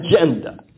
agenda